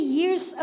years